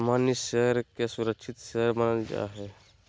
सामान्य शेयर के सुरक्षित शेयर मानल जा हय